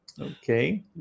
Okay